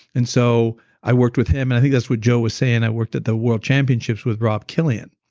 and so i worked with him, and i think that's what joe was saying, i worked at the world championships with rob killian,